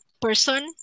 person